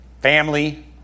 family